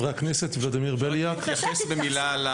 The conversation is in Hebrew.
אני רוצה להתייחס במילה.